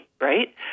right